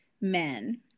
men